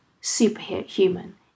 superhuman